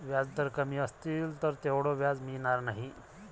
व्याजदर कमी असतील तर तेवढं व्याज मिळणार नाही